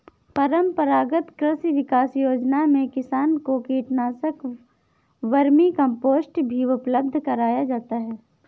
परम्परागत कृषि विकास योजना में किसान को कीटनाशक, वर्मीकम्पोस्ट भी उपलब्ध कराया जाता है